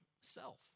self